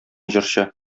җырчы